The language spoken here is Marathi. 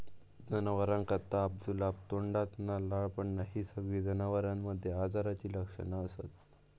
जनावरांका ताप, जुलाब, तोंडातना लाळ पडना हि सगळी जनावरांमध्ये आजाराची लक्षणा असत